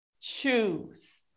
choose